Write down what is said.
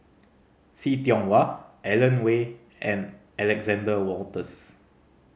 See Tiong Wah Alan Oei and Alexander Wolters